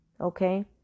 okay